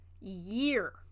year